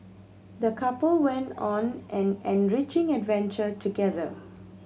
the couple went on an enriching adventure together